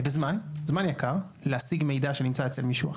וזמן, זמן יקר להשיג מידע שנמצא אצל מישהו אחר.